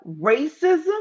racism